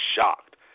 shocked